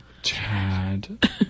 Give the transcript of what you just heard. Chad